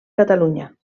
catalunya